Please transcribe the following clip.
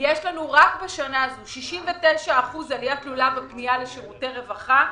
רק בשנה הזאת יש 69 אחוזים עלייה תלולה בפנייה לשירותי רווחה.